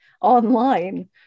online